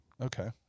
Okay